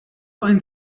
ein